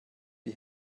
die